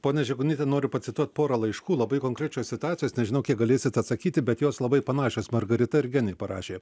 pone žigonyte noriu pacituot porą laiškų labai konkrečios situacijos nežinau kiek galėsit atsakyti bet jos labai panašios margarita ir genė parašė